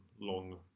long